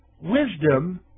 wisdom